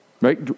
right